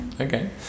Okay